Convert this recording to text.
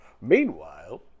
Meanwhile